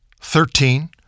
Thirteen